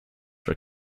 were